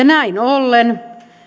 näin ollen